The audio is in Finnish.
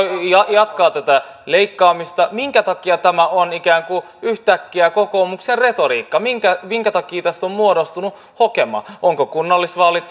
jatkaa tätä leikkaamista minkä takia tämä on yhtäkkiä kokoomuksen retoriikkaa minkä minkä takia tästä on muodostunut hokema ovatko kunnallisvaalit